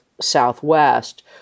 Southwest